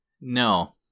No